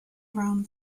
around